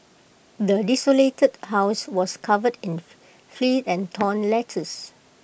the desolated house was covered in filth and torn letters